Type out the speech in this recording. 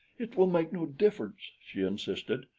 it will make no difference, she insisted.